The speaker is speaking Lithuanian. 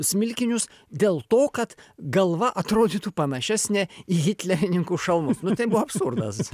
smilkinius dėl to kad galva atrodytų panašesnė į hitlerininkų šalmus nu tai buvo absurdas